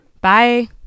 bye